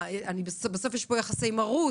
שבסוף יש פה יחסי מרות,